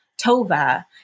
Tova